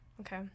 Okay